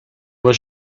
was